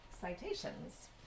citations